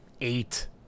eight